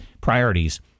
priorities